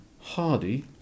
Hardy